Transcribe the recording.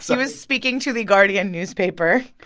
so was speaking to the guardian newspaper.